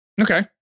Okay